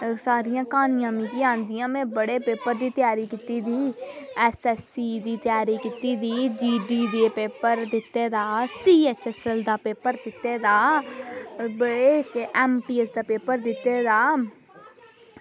ते सारियां क्हानियां मिगी आंदियां ते में बड़े पेपर दी त्यारी कीती दी एसएससी दी त्यारी कीती दी जीडी दा पेपर दित्ते दा सीएचसी दा पेपर दित्ते दा ते एमपीएस दा पेपर दित्ते दा